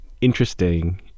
interesting